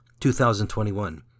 2021